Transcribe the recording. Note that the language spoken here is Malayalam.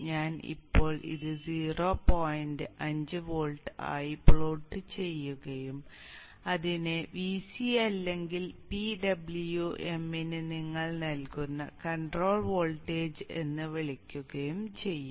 ഞാൻ ഇപ്പോൾ ഇത് സീറോ പോയിന്റ് അഞ്ച് വോൾട്ട് ആയി പ്ലോട്ട് ചെയ്യുകയും ഇതിനെ Vc അല്ലെങ്കിൽ PWM ന് നിങ്ങൾ നൽകുന്ന കൺട്രോൾ വോൾട്ടേജ് എന്ന് വിളിക്കുകയും ചെയ്യും